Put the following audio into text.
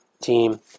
team